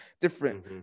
different